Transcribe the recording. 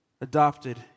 adopted